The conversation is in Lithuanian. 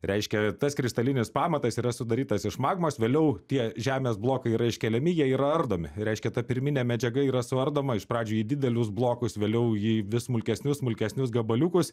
reiškia tas kristalinis pamatas yra sudarytas iš magmos vėliau tie žemės blokai yra iškeliami jie yra ardomi reiškia ta pirminė medžiaga yra suardoma iš pradžių į didelius blokus vėliau į vis smulkesnius smulkesnius gabaliukus